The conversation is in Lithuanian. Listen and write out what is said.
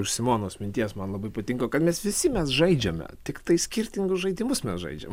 iš simonos minties man labai patinka kad mes visi mes žaidžiame tiktai skirtingus žaidimus mes žaidžiam